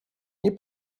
nie